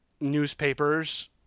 newspapers –